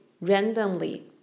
randomly